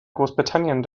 großbritannien